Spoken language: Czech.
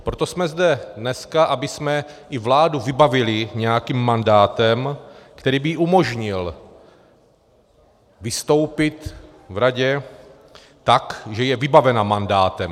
Proto jsme zde dneska, abychom i vládu vybavili nějakým mandátem, který by jí umožnil vystoupit v Radě tak, že je vybavena mandátem.